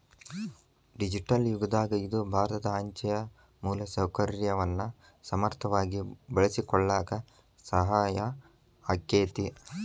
digital ಯುಗದಾಗ ಇದು ಭಾರತ ಅಂಚೆಯ ಮೂಲಸೌಕರ್ಯವನ್ನ ಸಮರ್ಥವಾಗಿ ಬಳಸಿಕೊಳ್ಳಾಕ ಸಹಾಯ ಆಕ್ಕೆತಿ